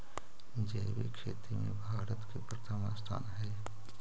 जैविक खेती में भारत के प्रथम स्थान हई